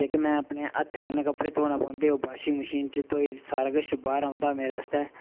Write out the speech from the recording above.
जेह्के मैं अपने हत्थै कन्नै कपड़े धोना पौंदे ओह् वाशिंग मशीन च धोए सारा किश बाह्र औंदा मेरे आस्तै